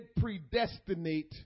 predestinate